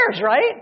right